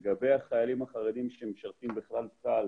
לגבי החיילים החרדים שמשרתים בכלל צה"ל